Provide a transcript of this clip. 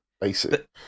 basic